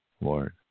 Lord